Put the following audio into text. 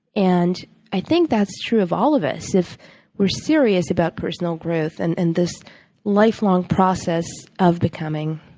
and i think that's true of all of us if we're serious about personal growth and and this lifelong process of becoming.